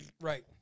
right